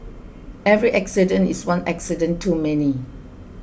every accident is one accident too many